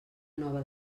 nova